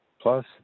Plus